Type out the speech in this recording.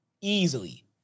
Easily